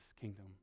kingdom